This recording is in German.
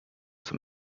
zum